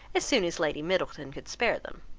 as soon as lady middleton could spare them.